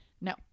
No